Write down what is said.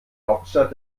hauptstadt